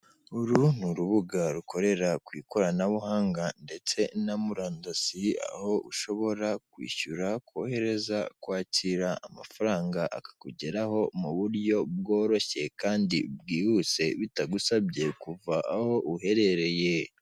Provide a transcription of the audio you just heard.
Uru ni urubuga rukorera ku ikoranabuhanga ndetse na murandasi, aho ushobra kwishyura, kohereza, kwakira amafaramga, akakugeraho ku buryo bworoshye kandi bwihuse, bitagusabye kuva aho uherereye.